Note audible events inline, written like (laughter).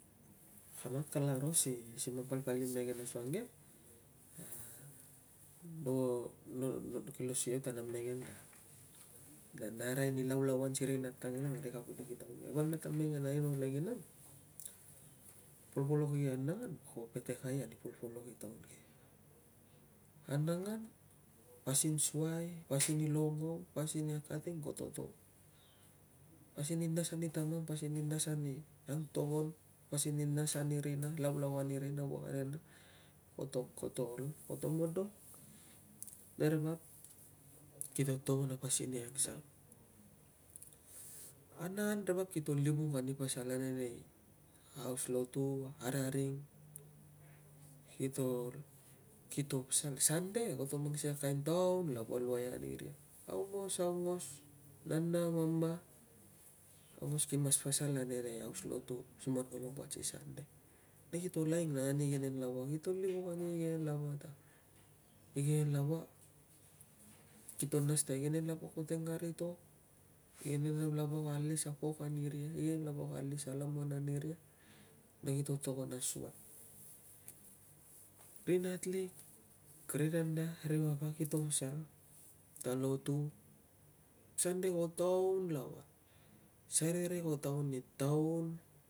Kanat kalaro si palpal i mengen asuang ke (hesitation) no no dikle si na mengen ta na arai ni laulauan si ri nat tanginang na ke kavulik i taun ke. Val nata mengen aino lenginang. Polpolok i anangan ko petekai ani polpolok i taun ke. Anangan pasin suai, pasin i longong, pasin i akating koto to. Pasin i nas ani tungam, pasin i nas ani ango togon, pasin i nas ani rina, laulauan i rina voiang koto, koto modot na ri vap kito togon pasin i ang sang. Anangan ri vap kito livuk ani pasal ane nei aus lotu araring. Kito kito pasal sande koto mang sikei a taun lava luai ani ria. Aungos, aungos, nana, mama aungos ki mas pasal ane nei aus lotu si man kolo buat si sande. Vei koto len ani igenen lava, kito livuk ani igenen ta igenen lava kito nas ta igenen ko teng kari to, igenen lava ko alis a pok ani ria, igenen lava ko alis a laman ani ria na kito togon a suai. Ri nat lik, ri nana, ri papa kito pasal tan lotu, sande ko taun lava. Sarere ko taun i taun.